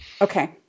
Okay